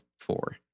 four